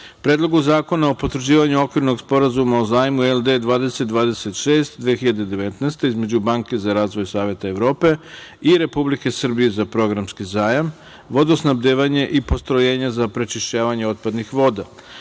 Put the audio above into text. Predlogu zakona o potvrđivanju Okvirnog sporazuma o zajmu LD 2026 (2019) između Banke za razvoj Saveta Evrope i Republike Srbije za programski zajam – Vodosnabdevanje i postrojenja za prečišćavanje otpadnih voda,-